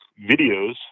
videos